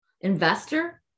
investor